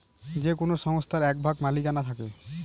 যে কোনো সংস্থার এক ভাগ মালিকানা থাকে